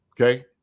Okay